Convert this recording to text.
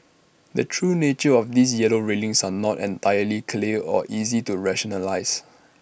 the true nature of these yellow railings are not entirely clear or easy to rationalise